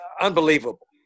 unbelievable